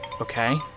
Okay